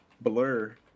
blur